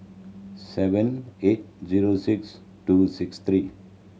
seven eight zero six two six three